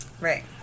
Right